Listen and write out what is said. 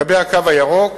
לגבי הקו הירוק,